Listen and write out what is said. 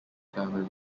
family